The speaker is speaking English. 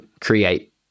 create